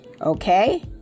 Okay